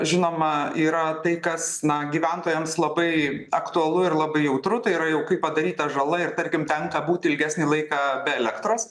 žinoma yra tai kas na gyventojams labai aktualu ir labai jautru tai yra jau kai padaryta žala ir tarkim tenka būti ilgesnį laiką be elektros